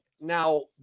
Now